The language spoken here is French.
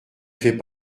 fait